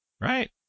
Right